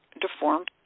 deformed